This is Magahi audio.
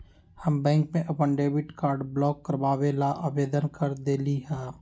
हम बैंक में अपन डेबिट कार्ड ब्लॉक करवावे ला आवेदन कर देली है